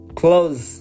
close